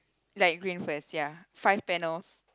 light green first ya five panels